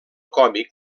còmic